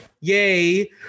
yay